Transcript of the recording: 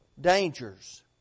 dangers